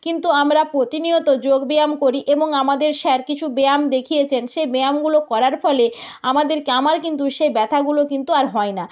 কিন্তু আমরা প্রতিনিয়ত যোগব্যায়াম করি এবং আমাদের স্যার কিছু ব্যায়াম দেখিয়েছেন সেই ব্যায়ামগুলো করার ফলে আমাদেরকে আমার কিন্তু সে ব্যথাগুলো কিন্তু আর হয় না